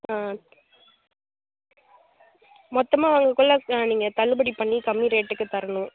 ம் மொத்தமாக குள்ள நீங்கள் தள்ளுபடி பண்ணி கம்மி ரேட்டுக்குத்தரணும்